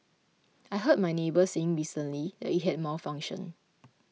I heard my neighbour saying recently that it had malfunctioned